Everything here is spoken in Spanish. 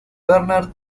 bernard